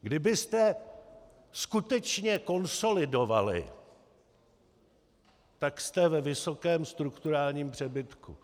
Kdybyste skutečně konsolidovali, tak jste ve vysokém strukturálním přebytku.